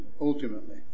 ultimately